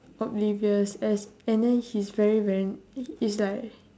oblivious as and then he's very very it's like